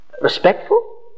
respectful